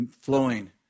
flowing